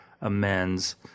amends